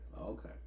okay